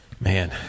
Man